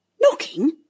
Knocking